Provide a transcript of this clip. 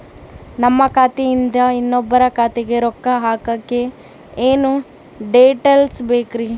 ನಮ್ಮ ಖಾತೆಯಿಂದ ಇನ್ನೊಬ್ಬರ ಖಾತೆಗೆ ರೊಕ್ಕ ಹಾಕಕ್ಕೆ ಏನೇನು ಡೇಟೇಲ್ಸ್ ಬೇಕರಿ?